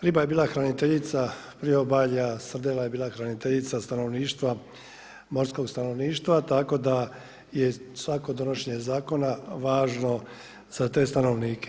Riba je bila hraniteljica priobalja, srdela je bila hraniteljica stanovništva, morskog stanovništva tako da je svako donošenje zakona važno za te stanovnike.